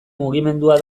mugimendua